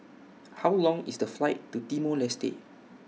How Long IS The Flight to Timor Leste